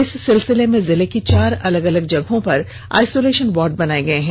इस सिलसिले में जिले की चार अलग अलग जगहों पर आइसोलेषन वार्ड बनाये गये हैं